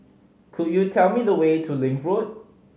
could you tell me the way to Link Road